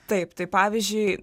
taip tai pavyzdžiui